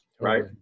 right